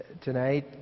tonight